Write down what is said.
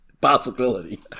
possibility